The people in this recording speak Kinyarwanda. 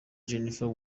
jennifer